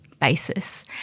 basis